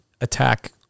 attack